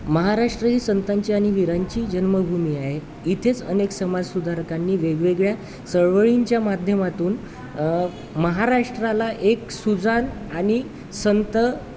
महाराष्ट्र ही संतांची आणि विरांची जन्मभूमी आहे इथेच अनेक समाज सुधारकांनी वेगवेगळ्या चळवळींच्या माध्यमातून महाराष्ट्राला एक सुजाण आणि संत